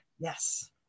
Yes